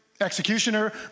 executioner